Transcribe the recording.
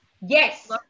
yes